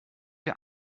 der